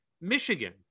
Michigan